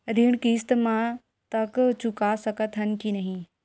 ऋण किस्त मा तक चुका सकत हन कि नहीं?